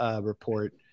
report